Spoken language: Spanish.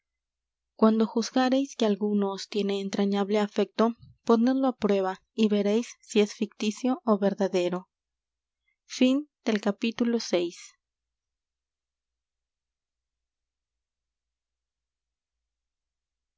cuando juzgareis que alguno os tiene entrañable afecto ponedlo á prueba y veréis si es ficticio ó verdadero